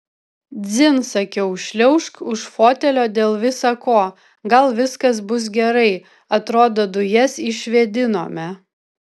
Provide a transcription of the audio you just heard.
dzin sakiau šliaužk už fotelio dėl visa ko gal viskas bus gerai atrodo dujas išvėdinome